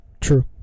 true